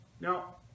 Now